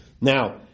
Now